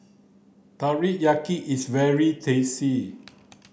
teriyaki is very tasty